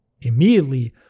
Immediately